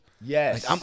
Yes